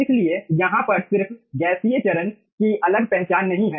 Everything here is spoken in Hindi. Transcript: इसलिए यहां पर सिर्फ गैसीय चरण की अलग पहचान नहीं है